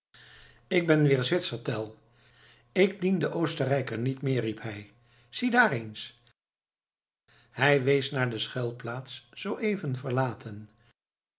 ik ben weer zwitser tell ik dien den oostenrijker niet meer riep hij zie daar eens hij wees naar de schuilplaats zoo even verlaten